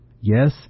Yes